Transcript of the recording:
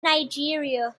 nigeria